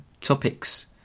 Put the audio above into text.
topics